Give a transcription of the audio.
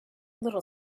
little